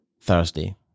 Thursday